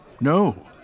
No